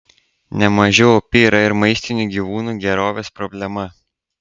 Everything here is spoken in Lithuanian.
nemažiau opi yra ir maistinių gyvūnų gerovės problema